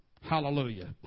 Hallelujah